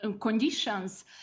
conditions